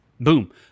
Boom